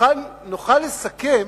נוכל לסכם